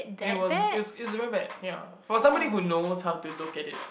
it was it's it was very bad ya for somebody who knows how to look at